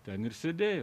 ten ir sėdėjo